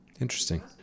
Interesting